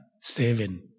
seven